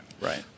Right